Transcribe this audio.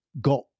got